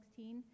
2016